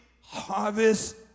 harvest